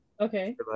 Okay